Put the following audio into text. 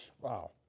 Wow